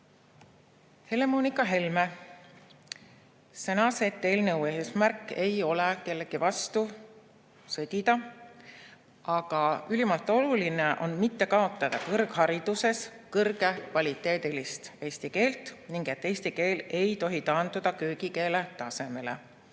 Helle-Moonika Helme sõnas, et eelnõu eesmärk ei ole kellegi vastu sõdida, aga ülimalt oluline on mitte kaotada kõrghariduses kõrgekvaliteedilist eesti keelt ning eesti keel ei tohi taanduda köögikeele tasemele.